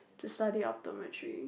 to study optometry